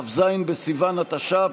כ"ז בסיוון התש"ף,